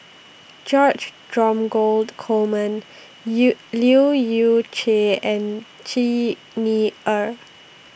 George Dromgold Coleman Yew Leu Yew Chye and Xi Ni Er